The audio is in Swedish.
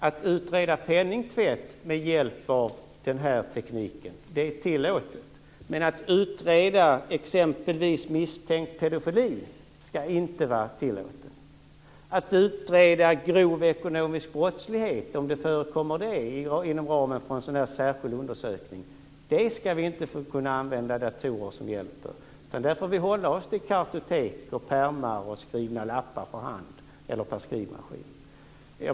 Att utreda penningtvätt med hjälp av den här tekniken är tillåtet, men att utreda exempelvis misstänkt pedofili skall inte vara tillåtet. Till hjälp då man utreder om det förekommer grov ekonomisk brottslighet inom ramen för en särskild undersökning skall vi inte kunna använda datorer. Där får vi hålla oss till kartotek, pärmar och lappar skrivna för hand eller på skrivmaskin.